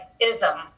ism